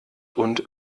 und